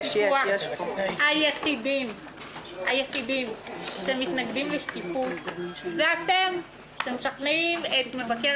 היחידים שמתנגדים זה אתם שמשכנעים את מבקר